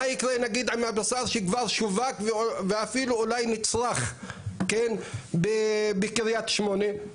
מה יקרה נגיד עם הבשר שכבר שווק ואפילו אולי נצרך בקריית שמונה?